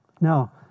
Now